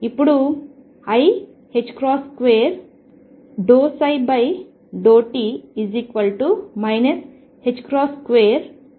ఇప్పుడు iℏ∂ψ∂t 22m2x2Vx